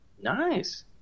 Nice